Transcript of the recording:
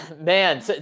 Man